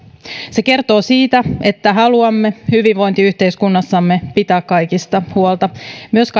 se kertoo siitä että haluamme hyvinvointiyhteiskunnassamme pitää kaikista huolta myös